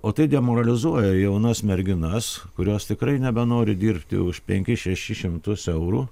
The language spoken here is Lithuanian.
o tai demoralizuoja jaunas merginas kurios tikrai nebenori dirbti už penkis šešis šimtus eurų